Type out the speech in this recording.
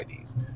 IDs